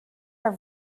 are